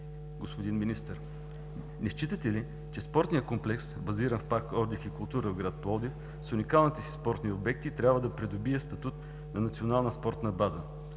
Господин Министър, не считате ли, че спортният комплекс, базиран в Парк „отдих и култура“ в град Пловдив, с уникалните си спортни обекти, трябва да придобие статут на национална спортна база.